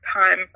time